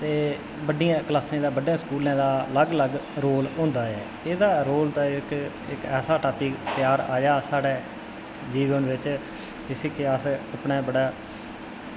ते बड्डियें कलासें दा बड्डें स्कूलें दा अलग अलग रोल होंदा ऐ एह्दा रोल इक ऐसे टापिक त्यार आया साढ़े जीवन बिच्च जिसी के अस बड़ा अपना